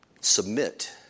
Submit